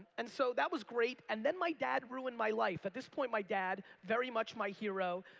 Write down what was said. and so, that was great and then my dad ruined my life. at this point my dad, very much my hero